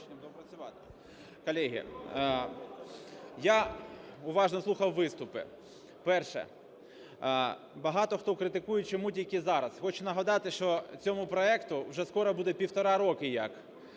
Колеги, я уважно слухав виступи. Перше. Багато хто критикує: чому тільки зараз? Хочу нагадати, що цьому проекті вже скоро буде півтора роки як,